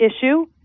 issue